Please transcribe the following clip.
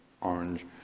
orange